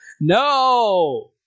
No